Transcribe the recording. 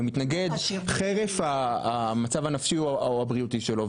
ומתנגד חרף המצב הנפשי או הבריאותי שלו,